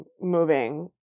moving